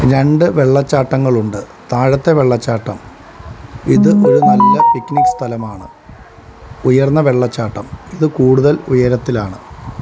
രണ്ട് വെള്ളച്ചാട്ടങ്ങളുണ്ട് താഴത്തെ വെള്ളച്ചാട്ടം ഇത് ഒരു നല്ല പിക്നിക് സ്ഥലമാണ് ഉയർന്ന വെള്ളച്ചാട്ടം ഇത് കൂടുതൽ ഉയരത്തിലാണ്